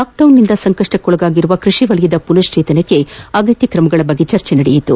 ಲಾಕ್ಡೌನ್ನಿಂದ ಸಂಕಷ್ಲಕ್ಕೊಳಗಾಗಿರುವ ಕೃಷಿ ವಲಯದ ಪುನಶ್ಲೇತನಕ್ಕೆ ಅಗತ್ಯವಿರುವ ಕ್ರಮಗಳ ಬಗ್ಗೆ ಚರ್ಚೆ ನಡೆಯಿತು